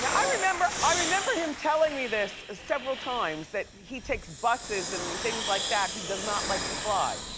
i remember, i remember him telling me this several times that he takes buses and things like that. he does not like to fly.